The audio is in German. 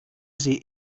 sie